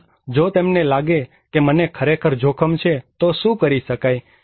ઉપરાંત જો તેમને લાગે છે કે મને ખરેખર જોખમ છે તો શું કરી શકાય